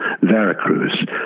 Veracruz